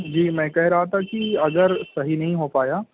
جی میں کہہ رہا تھا کہ اگر صحیح نہیں ہو پایا